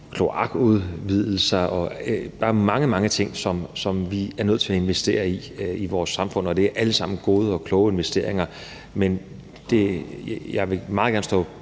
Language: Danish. kloakudvidelser. Der er mange, mange ting, som vi er nødt til at investere i i vores samfund, og det er alle sammen gode og kloge investeringer. Men jeg vil meget gerne stå